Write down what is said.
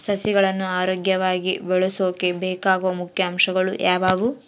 ಸಸಿಗಳನ್ನು ಆರೋಗ್ಯವಾಗಿ ಬೆಳಸೊಕೆ ಬೇಕಾಗುವ ಮುಖ್ಯ ಅಂಶಗಳು ಯಾವವು?